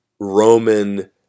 Roman